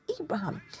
Abraham